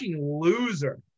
loser